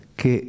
che